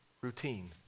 routine